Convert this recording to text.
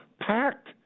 packed